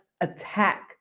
attack